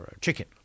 chicken